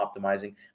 optimizing